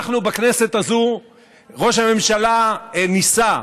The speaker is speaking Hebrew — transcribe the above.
בכנסת הזו ראש הממשלה ניסה,